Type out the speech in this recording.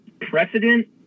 precedent